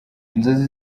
inzozi